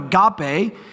agape